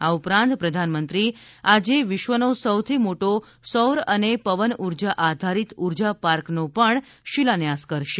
આ ઉપરાંત પ્રધાનમંત્રી આજે વિશ્વનો સૌથી મોટો સૌર અને પવન ઉર્જા આધારિત ઉર્જા પાર્કનો પણ શિલાન્યાસ કરશે